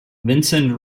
vincent